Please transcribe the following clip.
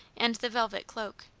and the velvet cloak.